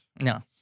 No